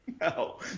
No